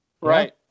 Right